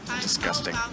Disgusting